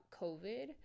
COVID